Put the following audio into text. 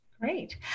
Great